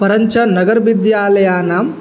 परञ्च नगरविद्यालयानाम्